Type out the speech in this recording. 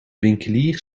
winkelier